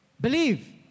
Believe